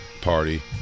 party